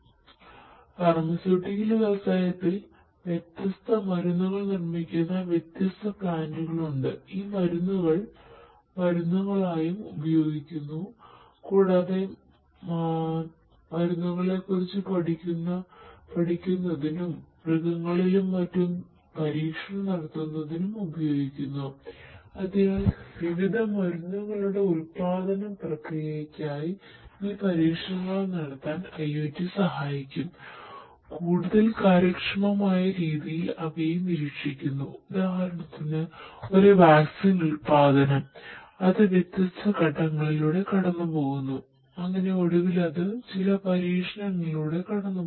അതിനാൽ ഫാർമസ്യൂട്ടിക്കൽ ഉത്പാദനം അത് വ്യത്യസ്ത ഘട്ടങ്ങളിലൂടെ കടന്നുപോകുന്നു അങ്ങനെ ഒടുവിൽ അത് ചില പരീക്ഷണങ്ങളിലൂടെ കടന്നുപോകുന്നു